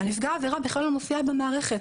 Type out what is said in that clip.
ונפגע העבירה בכלל לא מופיע במערכת.